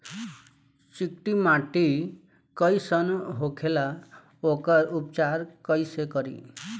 चिकटि माटी कई सन होखे ला वोकर उपचार कई से करी?